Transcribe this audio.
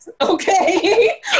okay